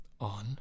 on